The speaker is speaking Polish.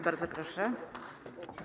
Bardzo proszę.